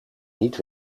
niet